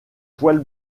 poils